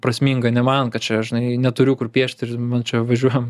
prasminga nemanant kad čia žinai neturiu kur piešti ir man čia važiuojam